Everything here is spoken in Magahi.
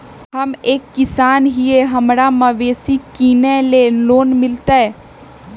हम एक किसान हिए हमरा मवेसी किनैले लोन मिलतै?